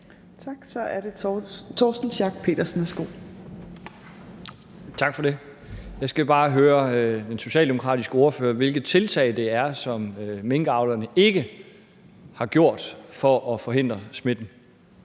Kl. 20:34 Torsten Schack Pedersen (V): Tak for det. Jeg skal bare høre den socialdemokratiske ordfører, hvilke tiltag minkavlerne ikke har gjort for at forhindre smitten?